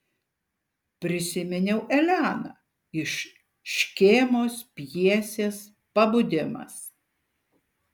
prisiminiau eleną iš škėmos pjesės pabudimas